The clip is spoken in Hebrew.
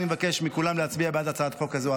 בשמך אני מבקש מכולם להצביע בעד הצעת החוק הזו.